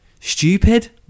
stupid